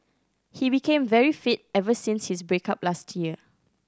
he became very fit ever since his break up last year